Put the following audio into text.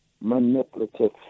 manipulative